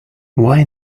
why